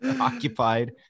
occupied